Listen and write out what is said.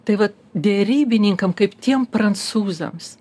tai va derybininkam kaip tiem prancūzams